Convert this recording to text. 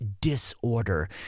disorder